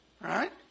Right